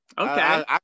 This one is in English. Okay